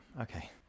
okay